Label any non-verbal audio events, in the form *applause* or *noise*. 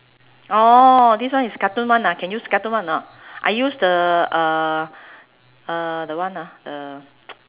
orh this one is cartoon one ah can use cartoon one or not I use the uh uh the one ah the *noise*